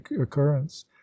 occurrence